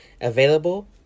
available